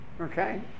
Okay